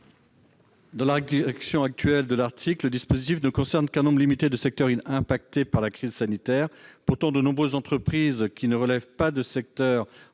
de la rédaction actuelle de l'article, le dispositif ne concerne qu'un nombre limité de secteurs affectés par la crise sanitaire. Pourtant, de nombreuses entreprises qui ne relèvent pas des secteurs